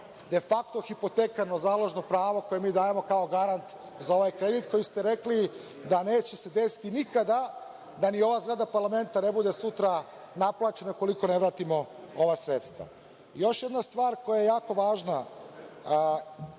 defakto hipotekarno založno pravo koji mi dajemo kao garant za ovaj kredit koji ste rekli da neće se desiti nikada da ni ova zgrada parlamenta ne bude sutra naplaćena ukoliko ne vratimo ova sredstva. Još jedna stvar koja je jako važna